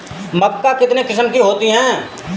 मक्का कितने किस्म की होती है?